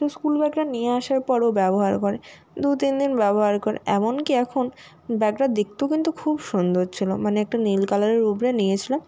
তো স্কুল ব্যাগটা নিয়ে আসার পর ও ব্যবহার করে দু তিনদিন ব্যবহার করে এমনকি এখন ব্যাগটা দেখতেও কিন্তু খুব সুন্দর ছিল মানে একটা নীল কালারের উপরে নিয়েছিলাম